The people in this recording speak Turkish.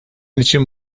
için